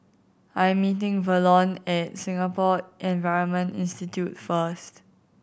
I am meeting Verlon at Singapore Environment Institute first